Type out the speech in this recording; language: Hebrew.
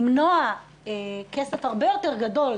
למנוע כסף הרבה יותר גדול,